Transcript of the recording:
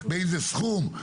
באיזה סכום,